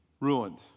ruined